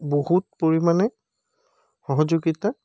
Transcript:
বহুত পৰিমাণে সহযোগিতা